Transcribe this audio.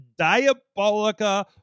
diabolica